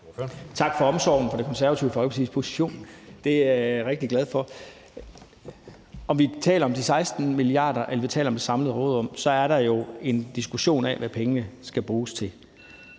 Tak for omsorgen for Det Konservative Folkepartis position. Det er jeg rigtig glad for. Om vi taler om de 16 mia. kr. eller vi taler om det samlede råderum, er der jo en diskussion om, hvad pengene skal bruges til.